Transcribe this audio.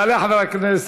יעלה חבר הכנסת